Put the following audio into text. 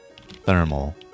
Thermal